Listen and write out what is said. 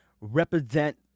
represent